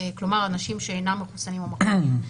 כלומר אנשים שאינם מחוסנים או מחלימים,